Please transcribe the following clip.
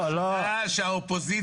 לא צריכים להיכנס לדברים שלו כל שני משפטים.